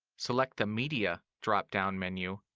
select the media drop-down menu,